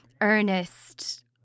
earnest